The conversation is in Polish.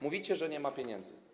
Mówicie, że nie ma pieniędzy.